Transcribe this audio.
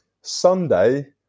Sunday